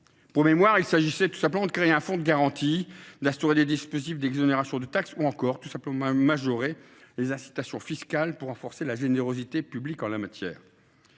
Pour mémoire, il s’agissait notamment de créer un fonds de garantie, d’instaurer des dispositifs d’exonération de taxes ou encore de majorer les incitations fiscales pour renforcer la générosité publique en la matière.